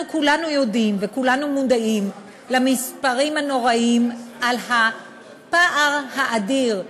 אנחנו כולנו יודעים וכולנו מודעים למספרים הנוראיים על הפער האדיר,